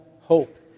hope